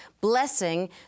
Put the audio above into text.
blessing